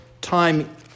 time